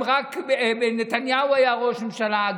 נתניהו היה ראש ממשלה.